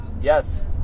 Yes